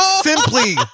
Simply